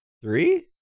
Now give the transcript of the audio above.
three